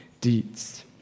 deeds